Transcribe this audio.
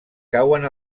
cauen